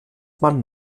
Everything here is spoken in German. man